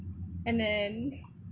and then